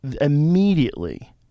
immediately